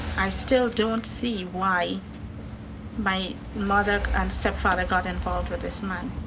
i still don't see why my mother and stepfather got involved with this man.